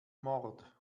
mord